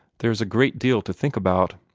there is a great deal to think about.